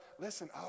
listen